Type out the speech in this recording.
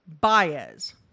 Baez